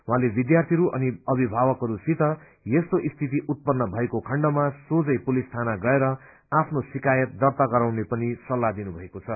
उहाँले विध्यार्थीहरू अनि अविभावकहरूसित यस्तो स्थिति उत्पन्न भएको खण्डमा सोझै पुलिस थाना गएर आफ्नो शिकायत दर्त्ता गराने पनि सल्लाह दिनुभएको छ